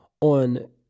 on